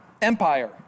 Empire